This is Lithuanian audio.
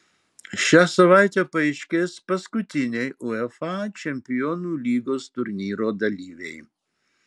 šią savaitę paaiškės paskutiniai uefa čempionų lygos turnyro dalyviai